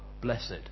blessed